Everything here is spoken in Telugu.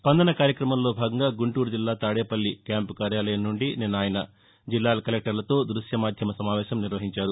స్పందన కార్యక్రమంలో భాగంగా గుంటూరు జిల్లా తాడేపల్లి క్యాంపు కార్యాలయం నుండి నిన్న ఆయన జిల్లాల కలెక్టర్లతో దృశ్య మాధ్యమ సమావేశం నిర్వహించారు